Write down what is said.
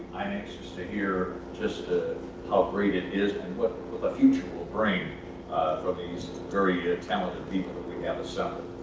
i'm anxious to hear just ah how great it is and what the future will bring from these very talented people that we have assembled.